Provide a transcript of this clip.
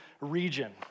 region